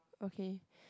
okay